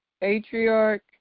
patriarch